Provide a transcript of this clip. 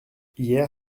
hier